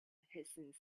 hissing